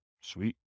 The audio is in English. Sweet